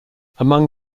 among